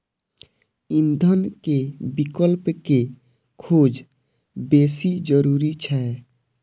ईंधन के विकल्प के खोज बेसी जरूरी छै